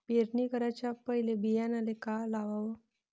पेरणी कराच्या पयले बियान्याले का लावाव?